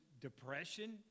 depression